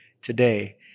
today